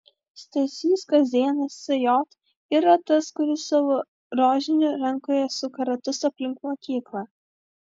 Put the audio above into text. stasys kazėnas sj yra tas kuris su rožiniu rankoje suka ratus aplink mokyklą